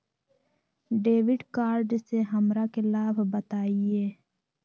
Debit card से हमरा के लाभ बताइए?